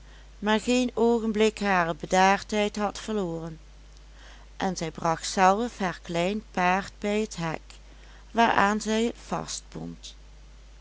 maar geen oogenblik hare bedaardheid had verloren en zij bracht zelf haar klein paard bij het hek waaraan zij het